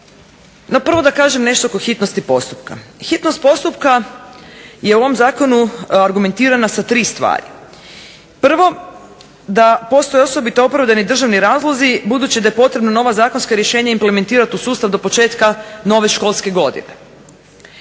No, prvo da kažem nešto kod hitnosti postupka. Hitnost postupka je u ovom Zakonu argumentirana sa tri s tvari. Prvo, da postoje osobito opravdani državni razlozi budući da je potrebno nova zakonska rješenja implementirati u sustav do početka nove školske godine.